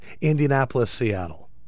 Indianapolis-Seattle